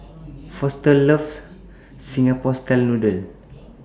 Foster loves Singapore Style Noodles